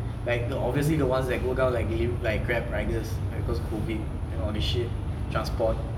like the obviously the ones that go down like deli~ like grab riders because COVID and all these shit transport